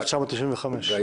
ב-1995.